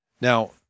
Now